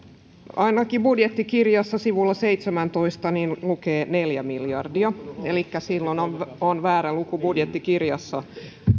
ainakin budjettikirjassa sivulla seitsemäntoista lukee neljä miljardia elikkä silloin on on väärä luku budjettikirjassa